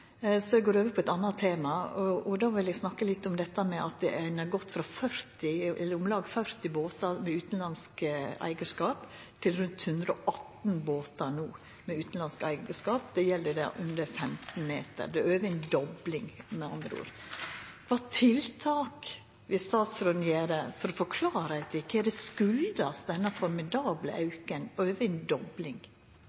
så eg går over på eit anna tema. Eg vil snakka litt om at ein har gått frå om lag 40 båtar med utanlandsk eigarskap til rundt 118 båtar med utanlandsk eigarskap no. Det gjeld båtar under 15 meter. Det er med andre ord over ei dobling. Kva tiltak vil statsråden gjera for å få klarheit i kva denne formidable